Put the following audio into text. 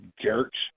jerks